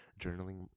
journaling